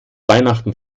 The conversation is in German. weihnachten